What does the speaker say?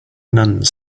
nuns